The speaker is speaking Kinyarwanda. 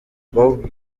bobo